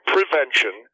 Prevention